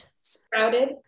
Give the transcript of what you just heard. Sprouted